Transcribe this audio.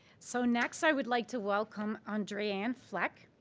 so next, i would like to welcome andreanne fleck,